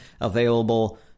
available